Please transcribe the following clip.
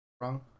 wrong